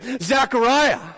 Zachariah